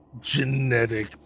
genetic